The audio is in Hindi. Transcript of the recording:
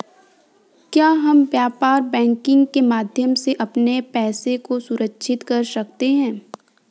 क्या हम व्यापार बैंकिंग के माध्यम से अपने पैसे को सुरक्षित कर सकते हैं?